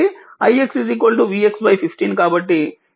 కాబట్టి ix v x 15 కాబట్టి ఇది 7